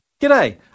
G'day